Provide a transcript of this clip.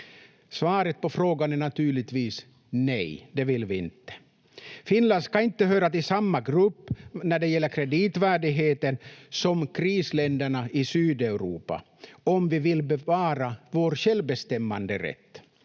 Svaret på frågan är naturligtvis: Nej, det vill vi inte. Finland ska inte höra till samma grupp när det gäller kreditvärdigheten som krisländerna i Sydeuropa, om vi vill bevara vår självbestämmanderätt.